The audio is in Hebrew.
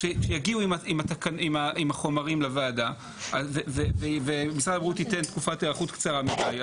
כשיגיעו עם החומרים לוועדה ומשרד הבריאות ייתן תקופת היערכות קצרה מדי,